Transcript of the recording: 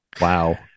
Wow